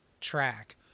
track